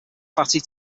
fatty